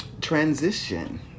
transition